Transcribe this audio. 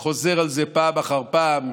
וחוזר על זה פעם אחר פעם,